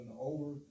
over